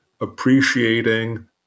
appreciating